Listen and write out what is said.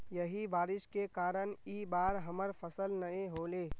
यही बारिश के कारण इ बार हमर फसल नय होले?